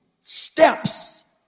steps